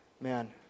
Man